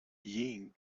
ying